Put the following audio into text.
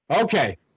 Okay